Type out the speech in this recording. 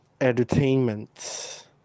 entertainment